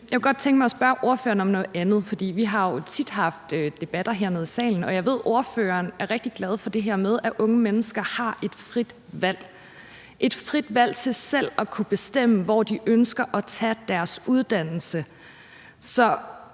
jeg kunne godt tænke mig at spørge ordføreren om noget andet, for vi har jo tit haft debatter hernede i salen, og jeg ved, at ordføreren er rigtig glad for det her med, at unge mennesker har et frit valg – et frit valg til selv at kunne bestemme, hvor de ønsker at tage deres uddannelse. Så